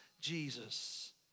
Jesus